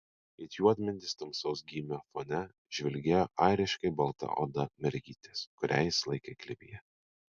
it juodmedis tamsaus gymio fone žvilgėjo airiškai balta oda mergytės kurią jis laikė glėbyje